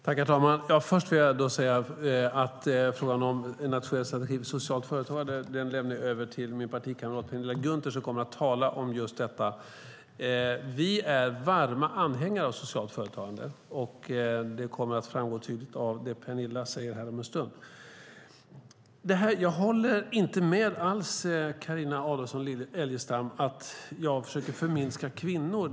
Herr talman! Frågan om en nationell strategi för socialt företagande lämnar jag över till min partikamrat Penilla Gunther, som kommer att tala om just detta. Vi är varma anhängare av socialt företagande, och det kommer att framgå tydligt av vad Penilla ska säga om en stund. Jag håller inte alls med Carina Adolfsson Elgestam om att jag försöker förminska kvinnor.